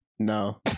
no